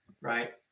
right